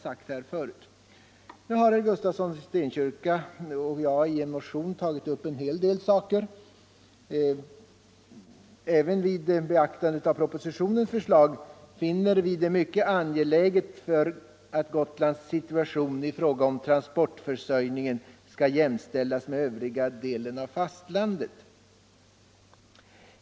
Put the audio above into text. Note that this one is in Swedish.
I herr Gustafssons i Stenkyrka och min motion har vi tagit upp en del saker, som vi även med beaktande av propositionens förslag finner mycket angelägna för att Gotlands situation i fråga om transportförsörjning skall vara jämställd med övriga delar av landet.